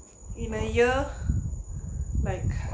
in a year like